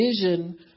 vision